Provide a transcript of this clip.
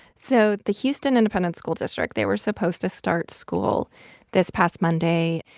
so the houston independent school district, they were supposed to start school this past monday.